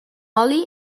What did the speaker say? oli